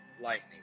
lightning